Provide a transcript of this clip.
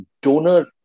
donor